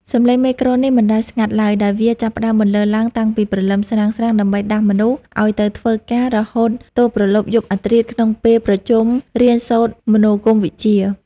សំឡេងមេក្រូនេះមិនដែលស្ងាត់ឡើយ ដោយវាចាប់ផ្ដើមបន្លឺឡើងតាំងពីព្រលឹមស្រាងៗដើម្បីដាស់មនុស្សឱ្យទៅធ្វើការ រហូតទល់ព្រលប់យប់អាធ្រាត្រក្នុងពេលប្រជុំរៀនសូត្រមនោគមវិជ្ជា។